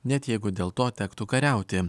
net jeigu dėl to tektų kariauti